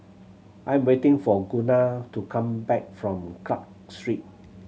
I am waiting for Gunnar to come back from Clarke Street